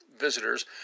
visitors